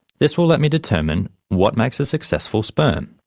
this will let me determine what makes a successful sperm.